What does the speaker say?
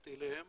שנחשפתי אליהם